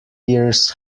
years